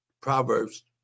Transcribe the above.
Proverbs